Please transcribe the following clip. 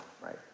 right